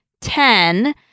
Ten